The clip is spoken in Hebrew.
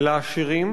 לעשירים